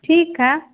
ठीक है